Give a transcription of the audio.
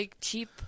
cheap